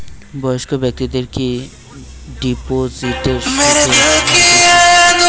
বয়স্ক ব্যেক্তিদের কি ডিপোজিটে সুদের হার বেশি?